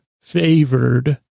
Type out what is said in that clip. favored